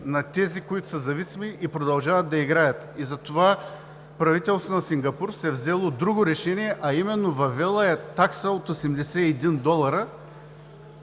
на тези, които са зависими и продължават да играят. Затова правителството на Сингапур е взело друго решение, а именно – въвело е такса от 81 долара,